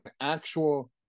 actual